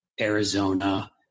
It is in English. Arizona